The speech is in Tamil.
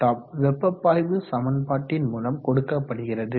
Qtop வெப்ப பாய்வு சமன்பாட்டின் மூலம் கொடுக்கப்படுகிறது